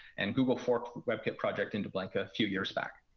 and google forked webkit project into blink a few years back.